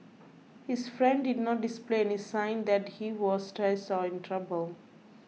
his friend did not display any sign that he was stressed or in trouble